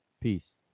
Peace